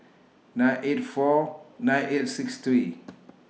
nine eight four nine eight six three